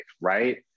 right